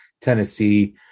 Tennessee